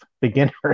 beginners